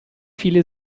viele